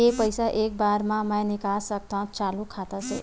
के पईसा एक बार मा मैं निकाल सकथव चालू खाता ले?